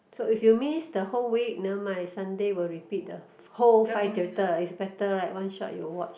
so if you miss the whole week never mind Sunday will repeat the whole five chapter is better right one shot you watch